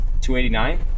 289